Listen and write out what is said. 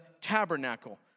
tabernacle